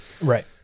right